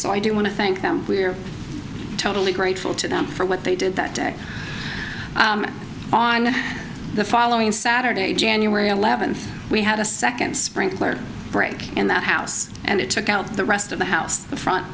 do want to thank them we are totally grateful to them for what they did that day on the following saturday january eleventh we had a second sprinkler break in that house and it took out the rest of the house the front